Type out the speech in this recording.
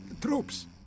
Troops